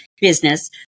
business